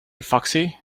foxy